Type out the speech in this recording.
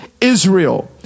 Israel